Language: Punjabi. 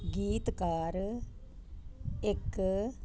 ਗੀਤਕਾਰ ਇੱਕ